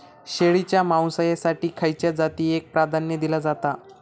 शेळीच्या मांसाएसाठी खयच्या जातीएक प्राधान्य दिला जाता?